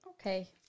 Okay